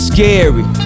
Scary